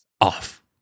off